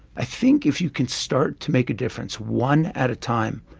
i think if you can start to make a difference, one at a time,